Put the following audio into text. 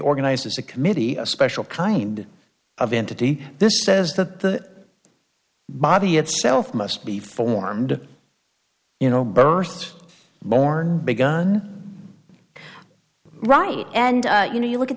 organized as a committee a special kind of entity this says the body itself must be formed you know burst born begun right and you know you look at